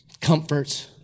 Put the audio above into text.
comforts